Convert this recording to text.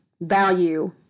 value